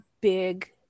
big